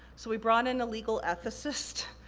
so, we brought in a legal ethicist